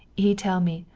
he tell me,